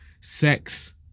sex